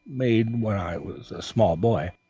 made when i was a small boy,